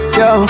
yo